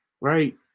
right